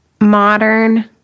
Modern